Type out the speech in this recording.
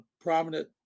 prominent